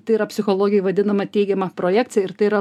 tai yra psichologijoj vadinama teigiama projekcija ir tai yra